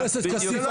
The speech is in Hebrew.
חבר הכנסת כסיף,